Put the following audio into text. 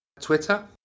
Twitter